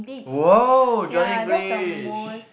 !wow! Johnny-English